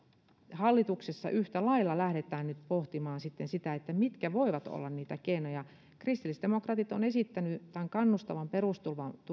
hallituksessa lähdetään nyt yhtä lailla pohtimaan sitä mitkä voivat olla niitä keinoja kristillisdemokraatit ovat esittäneet tämän kannustavan perusturvan